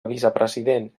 vicepresident